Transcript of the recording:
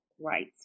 Right